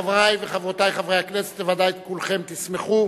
חברי וחברותי חברי הכנסת, ודאי כולכם תשמחו